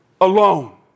alone